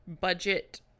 budget